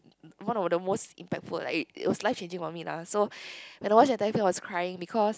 one of the most impactful like it was life changing for me lah so when I watch the entire film I was crying because